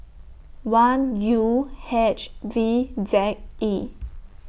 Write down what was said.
one U H V Z E